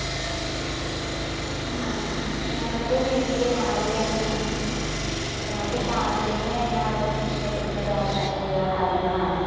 ഞങ്ങളുടെ വീട്ടിൽ രാവിലെ രാവിലെ പ്രാതലിന് എല്ലാവരും ഇഷ്ടപ്പെടുന്നത് അരി അരി ആഹാരങ്ങളാണ്